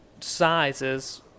sizes